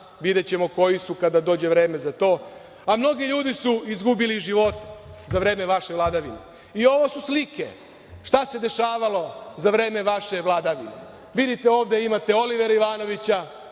Videćemo koji su kada dođe vreme za to. A mnogi ljudi su izgubili živote za vreme vaše vladavine. I ovo su slike šta se dešavalo za vreme vaše vladavine. Vidite, ovde imate Olivera Ivanovića,